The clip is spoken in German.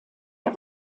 der